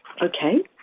Okay